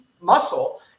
muscle